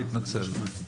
שלומי התנצל.